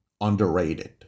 underrated